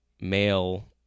male